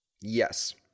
Yes